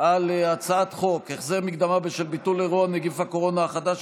על הצעת חוק החזר מקדמה בשל ביטול אירוע (נגיף הקורונה החדש),